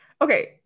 Okay